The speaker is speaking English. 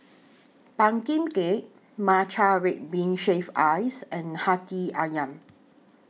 Pumpkin Cake Matcha Red Bean Shaved Ice and Hati Ayam